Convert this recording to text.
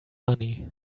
money